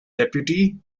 deputy